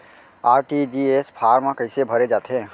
RTGS form कइसे भरे जाथे?